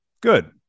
Good